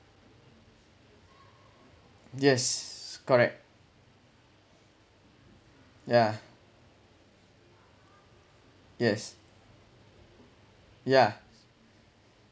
yes correct yeah yes yeah